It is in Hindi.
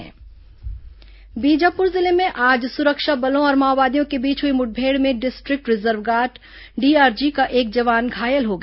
मुठभेड जवान घायल बीजापुर जिले में आज सुरक्षा बलों और माओवादियों के बीच हुई मुठभेड़ में डिस्ट्रिक्ट रिजर्व गार्ड डीआरजी का एक जवान घायल हो गया